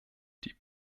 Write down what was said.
die